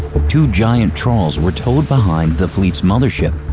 two giant trawls were towed behind the fleet's mothership.